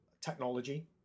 technology